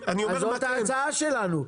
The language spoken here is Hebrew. מדינת ישראל תהיה צריכה לחשוב על מתווה לפיצוי,